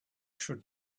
should